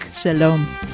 Shalom